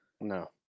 No